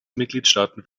mitgliedstaaten